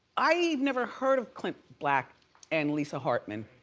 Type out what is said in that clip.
i've never heard of clint black and lisa hartman.